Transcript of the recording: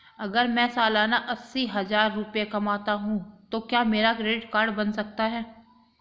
अगर मैं सालाना अस्सी हज़ार रुपये कमाता हूं तो क्या मेरा क्रेडिट कार्ड बन सकता है?